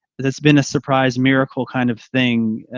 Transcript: that's been a surprise miracle kind of thing.